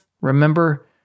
remember